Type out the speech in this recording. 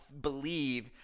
believe